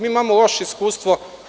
Mi imamo loše iskustvo.